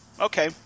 okay